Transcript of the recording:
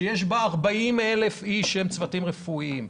שיש בה 40,000 איש שהם צוותים רפואיים,